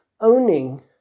owning